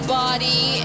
body